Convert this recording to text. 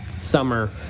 summer